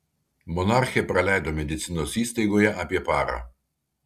monarchė praleido medicinos įstaigoje apie parą